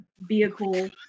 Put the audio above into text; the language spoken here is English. vehicle